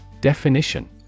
Definition